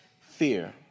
fear